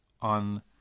on